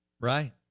Right